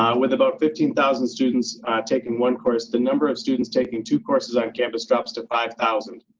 um with about fifteen thousand students taking one course the number of students taking two courses on campus drops to five thousand.